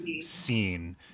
scene